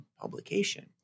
publication